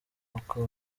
uko